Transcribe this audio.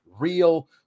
Real